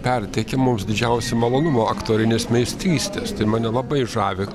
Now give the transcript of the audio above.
perteikia mums didžiausią malonumą aktorinės meistrystės tai mane labai žavi